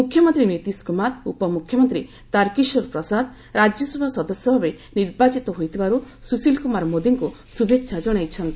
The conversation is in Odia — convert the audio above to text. ମୁଖ୍ୟମନ୍ତ୍ରୀ ନୀତିଶ କୁମାର ଉପମୁଖ୍ୟମନ୍ତ୍ରୀ ତାରକିଶୋର ପ୍ରସାଦ ରାଜ୍ୟସଭା ସଦସ୍ୟ ଭାବେ ନିର୍ବାଚିତ ହୋଇଥିବାରୁ ସୁଶିଲ୍ କୁମାର ମୋଦିଙ୍କୁ ଶ୍ରଭ୍ଚେଚ୍ଛା ଜଣାଇଛନ୍ତି